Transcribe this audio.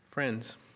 Friends